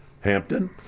Hampton